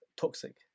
toxic